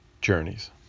journeys